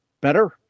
better